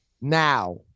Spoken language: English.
now